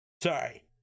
Sorry